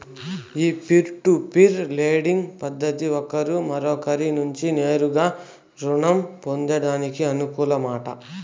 ఈ peer to peer lending పద్దతి ఒకరు మరొకరి నుంచి నేరుగా రుణం పొందేదానికి అనుకూలమట